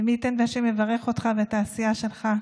ומי ייתן וה' יברך אותך ואת העשייה שלך להמשך.